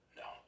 no